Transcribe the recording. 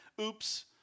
Oops